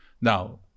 Now